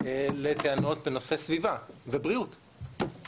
לטענות בנושא סביבה ובריאות,